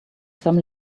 some